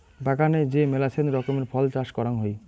বাগানে যে মেলাছেন রকমের ফল চাষ করাং হই